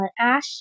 Ash